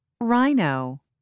Rhino